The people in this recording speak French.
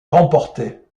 remporté